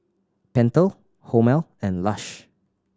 Pentel Hormel and Lush